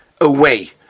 away